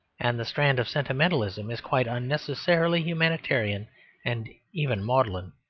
and the strand of sentimentalism is quite unnecessarily humanitarian and even maudlin.